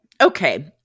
Okay